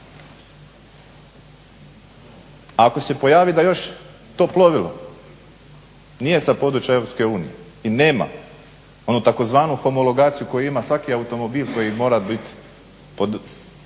Ako se pojavi da još to plovilo nije sa područja Europske unije i nema onu tzv. homologaciju koju ima svaki automobil koji mora biti tome